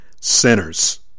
sinners